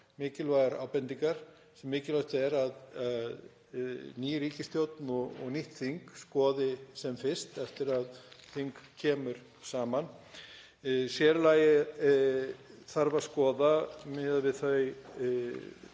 mikilvægar ábendingar sem mikilvægt er að ný ríkisstjórn og nýtt þing skoði sem fyrst eftir að þing kemur saman. Sér í lagi þarf að skoða, miðað við þær